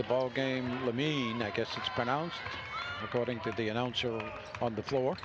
the ball game let me guess it's pronounced according to the announcer on the floor